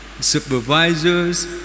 supervisors